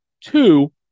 Two